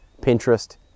Pinterest